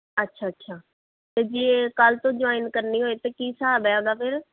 ਅੱਛਾ ਅੱਛਾ ਅਤੇ ਜੇ ਕੱਲ੍ਹ ਤੋਂ ਜੁਆਇਨ ਕਰਨੀ ਹੋਏ ਤਾਂ ਕੀ ਹਿਸਾਬ ਹੈ ਉਹਦਾ ਫਿਰ